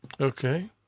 Okay